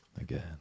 Again